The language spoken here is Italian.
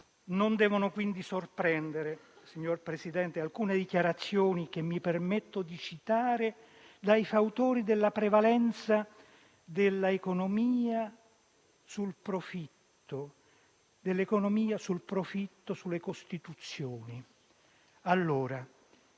Non devono quindi sorprendere, signor Presidente, alcune dichiarazioni - che mi permetto di citare - dei fautori della prevalenza dell'economia sul profitto, sulle costituzioni: «Nei